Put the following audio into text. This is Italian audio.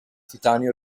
titani